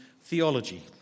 theology